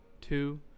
two